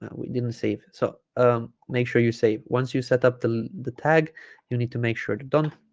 we didn't save so um make sure you save once you set up the the tag you need to make sure it's done